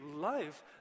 life